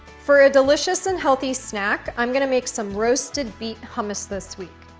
for a delicious and healthy snack, i'm going to make some roasted beet hummus this week.